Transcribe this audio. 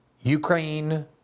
Ukraine